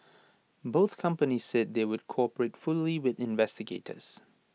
both companies said they would cooperate fully with investigators